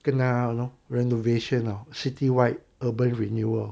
kena you know renovation or citywide urban renewal